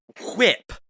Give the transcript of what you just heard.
whip